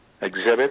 exhibit